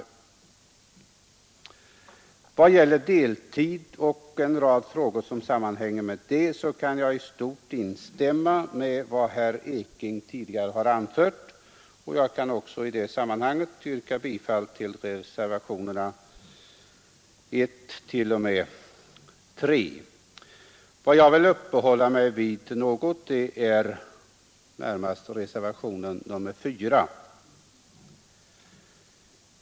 I vad gäller deltid och en rad frågor i anslutning därtill kan jag i stort instämma i vad herr Ekinge tidigare har anfört, och jag kan även i det sammanhanget yrka bifall till reservationerna 1, 2 och 3. Vad jag något vill uppehålla mig vid är närmast reservationen nr 4.